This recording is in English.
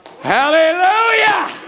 Hallelujah